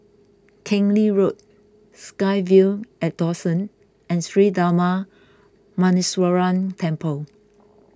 Keng Lee Road SkyVille at Dawson and Sri Darma Muneeswaran Temple